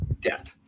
debt